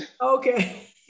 Okay